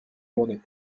journée